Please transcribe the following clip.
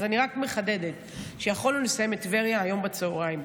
אז אני רק מחדדת שיכולנו לסיים את טבריה היום בצוהריים.